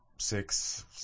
Six